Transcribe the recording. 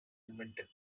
invented